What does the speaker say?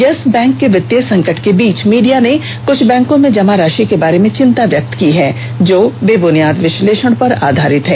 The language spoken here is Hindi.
यस बैंक के वित्तीय संकट के बीच मीडिया ने कुछ बैंको में जमा राशि के बारे में चिंता व्यक्त की है जो बेब्रनियाद विश्लेषण पर आधारित है